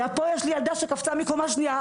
פה יש לי ילדה שקפצה מקומה שניה,